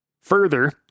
Further